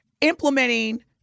implementing